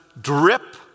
drip